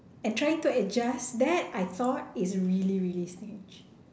and trying to adjust that I thought is just really really strange